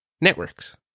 networks